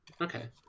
Okay